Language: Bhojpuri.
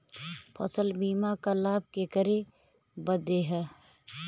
फसल बीमा क लाभ केकरे बदे ह?